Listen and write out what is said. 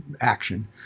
action